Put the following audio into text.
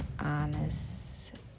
honest